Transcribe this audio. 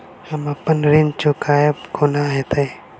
हम अप्पन ऋण चुकाइब कोना हैतय?